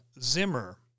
Zimmer